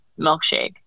milkshake